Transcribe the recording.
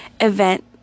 event